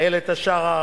איילת השחר,